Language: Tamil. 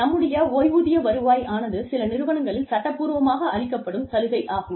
நம்முடைய ஓய்வூதிய வருவாய் ஆனது சில நிறுவனங்களில் சட்டப்பூர்வமாக அளிக்கப்படும் சலுகை ஆகும்